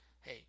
hey